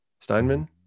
Steinman